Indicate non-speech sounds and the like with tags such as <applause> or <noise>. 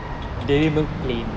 <noise>